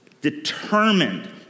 determined